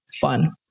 fun